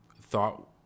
thought